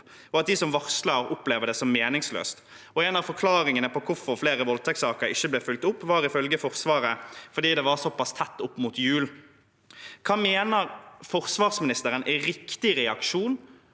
og at de som varsler, opplever det som meningsløst. En av forklaringene på hvorfor flere voldtektssaker ikke ble fulgt opp, var ifølge Forsvaret at det var såpass tett opp mot jul. Hva mener forsvarsministeren er riktig reaksjon